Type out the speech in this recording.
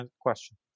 question